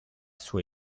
sua